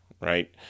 right